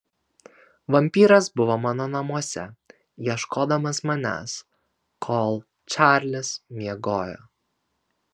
vampyras buvo mano namuose ieškodamas manęs kol čarlis miegojo